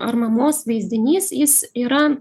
ar mamos vaizdinys jis yra